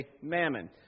Mammon